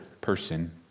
person